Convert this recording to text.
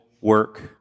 work